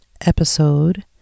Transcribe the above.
episode